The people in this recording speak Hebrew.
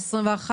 ה-21